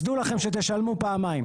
אז דעו לכם שתשלמו פעמיים.